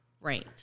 Right